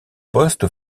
postes